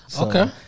Okay